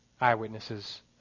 eyewitnesses